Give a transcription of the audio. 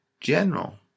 general